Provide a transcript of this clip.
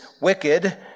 wicked